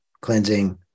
cleansing